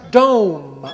dome